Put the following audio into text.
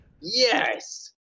Yes